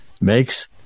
makes